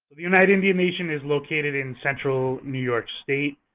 the oneida indian nation is located in central new york state.